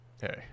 Hey